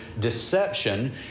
deception